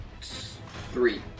Three